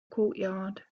courtyard